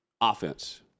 offense